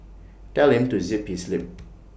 tell him to zip his lip